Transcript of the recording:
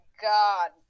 god